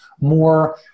more